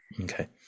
Okay